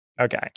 Okay